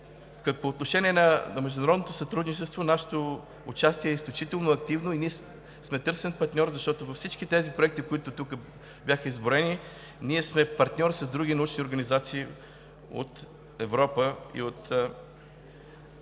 като отношение към международното сътрудничество нашето участие е изключително активно и сме търсен партньор, защото във всички тези проекти, които тук бяха изброени, ние сме партньор с други научни организации от Европа и от